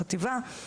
חטיבה,